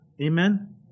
Amen